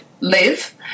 live